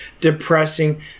depressing